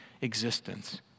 existence